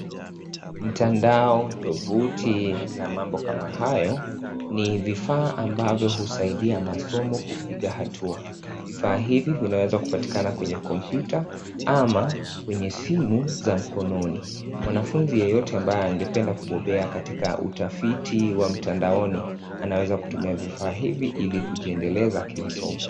Mtandao, tovuti na mambo kama hayo ni vifaa ambavyo husaidia masomo kupiga hatua, vifaa hivi vinaweza kupatikana kwenye kompyuta ama kwenye simu za mkononi, mwanafunzi yeyote ambaye angependa kubobea katika utafiti wa mtandaoni anaweza kutumia vifaa hivi ili kujiendeleza kimasomo.